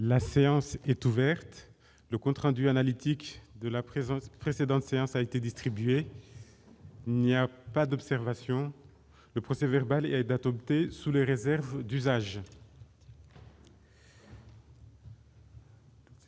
La séance est ouverte. Le compte rendu analytique de la précédente séance a été distribué. Il n'y a pas d'observation ?... Le procès-verbal est adopté sous les réserves d'usage.